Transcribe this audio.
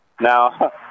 Now